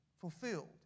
fulfilled